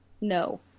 No